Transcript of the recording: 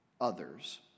others